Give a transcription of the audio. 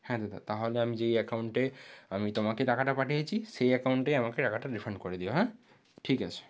হ্যাঁ দাদা তাহলে আমি যেই অ্যাকাউন্টে আমি তোমাকে টাকাটা পাঠিয়েছি সেই অ্যাকাউন্টেই আমাকে টাকাটা রিফাণ্ড করে দিও হ্যাঁ ঠিক আছে